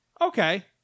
Okay